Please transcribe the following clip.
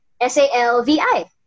S-A-L-V-I